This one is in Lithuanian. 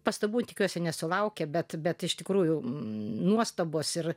pastabų tikiuosi nesulaukia bet bet iš tikrųjų nuostabos ir